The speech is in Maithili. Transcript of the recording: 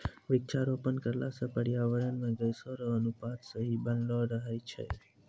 वृक्षारोपण करला से पर्यावरण मे गैसो रो अनुपात सही बनलो रहै छै